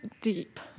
deep